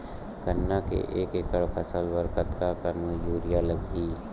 गन्ना के एक एकड़ फसल बर कतका कन यूरिया लगही?